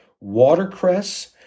watercress